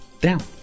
Down